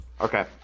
Okay